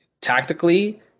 tactically